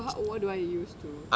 so how what do I use to